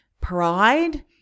pride